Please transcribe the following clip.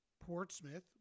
portsmouth